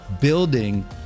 building